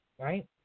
right